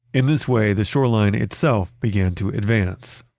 in this way, the shoreline itself began to advance.